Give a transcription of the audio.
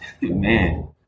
man